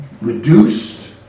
reduced